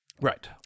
Right